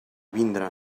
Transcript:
vindre